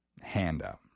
handout